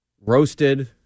roasted